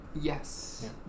Yes